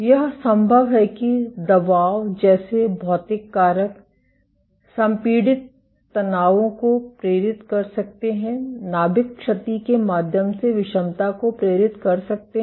यह संभव है कि दबाव जैसे भौतिक कारक संपीड़ित तनावों को प्रेरित कर सकते हैं नाभिक क्षति के माध्यम से विषमता को प्रेरित कर सकते हैं